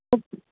okay